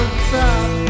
stop